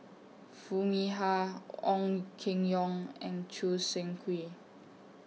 Foo Mee Har Ong Keng Yong and Choo Seng Quee